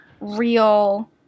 real